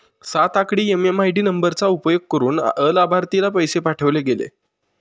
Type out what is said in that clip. सात आकडी एम.एम.आय.डी नंबरचा उपयोग करुन अलाभार्थीला पैसे पाठवले गेले